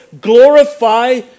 glorify